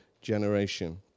generation